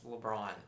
LeBron